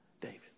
David